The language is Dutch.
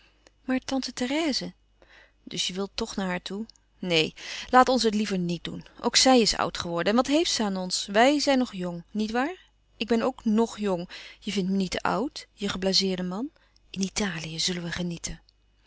maar tante therèse dus je wil toch naar haar toe neen laat ons het liever niet doen ook zij is oud geworden en wat heeft ze aan ons wij zijn nog jong niet waar ik ben ook ng jong je vindt me niet te oud je geblazeerden man in italië zullen we genieten